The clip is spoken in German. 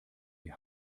die